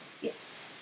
yes